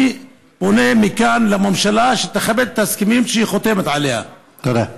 אני פונה מכאן לממשלה שתכבד את ההסכמים שהיא חותמת עליהם.